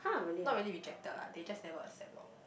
not really rejected lah they just never accept loh